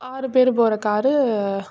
ஆறு பேர் போகிற கார்